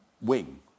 wing